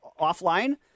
offline